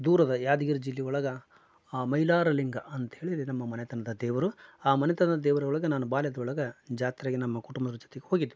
ದೂರದ ಯಾದ್ಗಿರಿ ಜಿಲ್ಲೆ ಒಳಗೆ ಮೈಲಾರ ಲಿಂಗ ಅಂತೇಳಿ ನಮ್ಮ ಮನೆತನದ ದೇವರು ಆ ಮನೆತನದ ದೇವರೊಳಗ ನನ್ನ ಬಾಲ್ಯದೊಳಗೆ ಜಾತ್ರೆಗೆ ನಮ್ಮ ಕುಟುಂಬದ ಜೊತೆಗೆ ಹೋಗಿದ್ವಿ